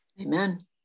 Amen